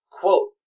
quote